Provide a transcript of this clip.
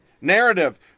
narrative